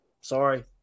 Sorry